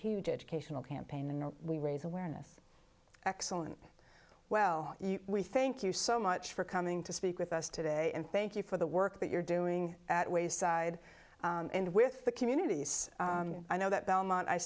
huge educational campaign and we raise awareness excellent well we thank you so much for coming to speak with us today and thank you for the work that you're doing at wayside and with the communities i know that belmont i